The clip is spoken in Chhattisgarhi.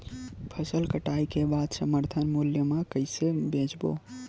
फसल कटाई के बाद समर्थन मूल्य मा कइसे बेचबो?